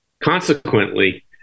consequently